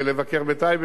אבל הוא לא נלווה לביקור,